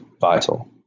vital